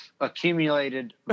accumulated